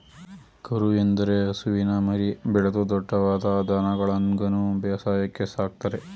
ಕರು ಎಂದರೆ ಹಸುವಿನ ಮರಿ, ಬೆಳೆದು ದೊಡ್ದವಾದ ದನಗಳನ್ಗನು ಬೇಸಾಯಕ್ಕೆ ಸಾಕ್ತರೆ